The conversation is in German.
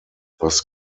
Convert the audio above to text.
was